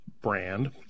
brand